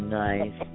nice